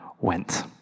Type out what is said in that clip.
went